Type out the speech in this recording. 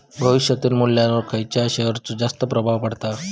भविष्यातील मुल्ल्यावर खयच्या शेयरचो जास्त प्रभाव पडता?